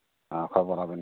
ᱦᱚᱸ ᱠᱷᱚᱵᱚᱨᱟᱵᱮᱱ